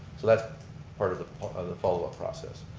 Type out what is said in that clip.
so that's part of of the follow up process.